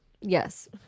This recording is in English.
yes